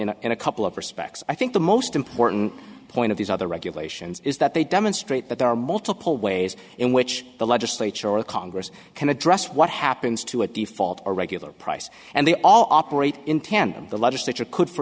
in a in a couple of respects i think the most important point of these other regulations is that they demonstrate that there are multiple ways in which the legislature or congress can address what happens to a default or regular price and they all operate in tandem the legislature could for